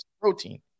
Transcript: protein